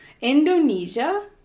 Indonesia